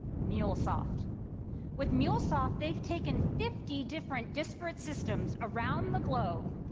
mulesoft. with mulesoft, they've taken fifty different disparate systems around the globe,